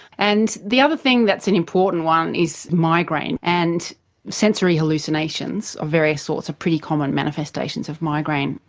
and the other thing that's an important one is migraine, and sensory hallucinations of various sorts are pretty common manifestations of migraine.